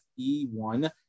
E1